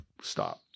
stop